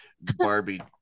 Barbie